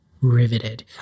Riveted